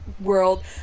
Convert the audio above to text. world